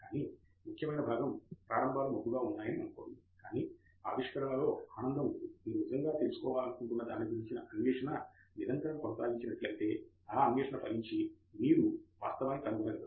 కానీ ముఖ్యమైన భాగం ప్రారంభాలు మబ్బుగా ఉన్నాయని అనుకోండి కానీ ఆవిష్కరణలో ఆనందం ఉంది మీరు నిజంగా తెలుసుకోవాలనుకుంటున్న దాని గురించిన అన్వేషణ నిరంతరం కొనసాగించినట్లయితే ఆ అన్వేషణ ఫలించి మీరు వాస్తవాన్ని కనుగొనగలరు